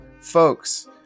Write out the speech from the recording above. folks